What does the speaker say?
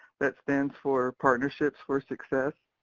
that stands for partnerships for success,